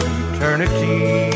eternity